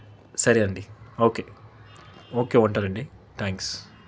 సరే అండి okay okay ఉంటారండి థ్యాంక్స్